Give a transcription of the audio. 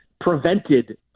prevented